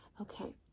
Okay